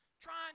trying